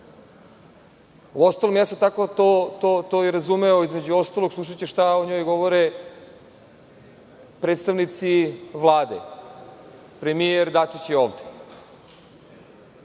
uostalom tako sam to i razumeo, između ostalog, slušaću šta o njoj govore predstavnici Vlade. Premijer Dačić je